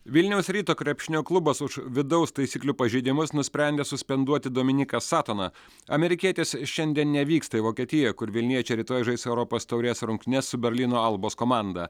vilniaus ryto krepšinio klubas už vidaus taisyklių pažeidimus nusprendė suspenduoti dominiką satoną amerikietis šiandien nevyksta į vokietiją kur vilniečiai rytoj žais europos taurės rungtynes su berlyno albos komanda